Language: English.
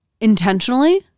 Intentionally